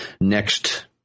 next